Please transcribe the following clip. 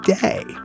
day